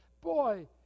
boy